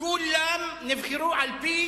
כולם נבחרו על-פי